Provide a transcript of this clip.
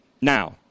Now